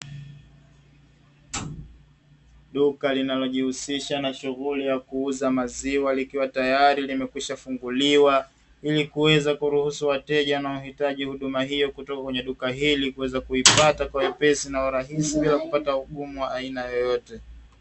Duka linalojihusisha na uuzaji wa maziwa, likiwa tayari limeshakwisha funguliwa ili kuruhusu wateja wanaohitaji huduma hiyo kutoka kwenye duka hilo kuiweza kuipata Kwa wepesi na urahisi bila kupata ugumu wa aina yoyote.